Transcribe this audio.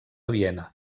viena